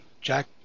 Jack